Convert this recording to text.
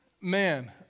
Man